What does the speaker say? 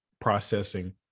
processing